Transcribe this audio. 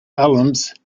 filled